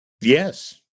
Yes